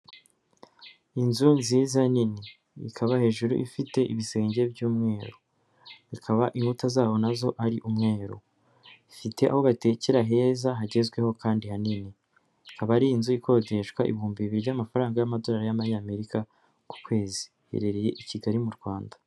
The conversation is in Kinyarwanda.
Inzu nziza nini ikaba hejuru ifite ibisenge by'umweru, bikaba inkuta zaho nazo ari umweru ifite aho batekera heza hagezweho kandi hanini. Ikaba ari inzu ikodeshwa ibihumbi bibiri by'amafaranga y'amadorari y'amanyamerika ku kwezi iherereye i Kigali mu Rwanda.